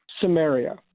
Samaria